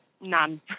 None